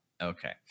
Okay